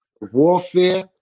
warfare